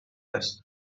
است